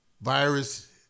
virus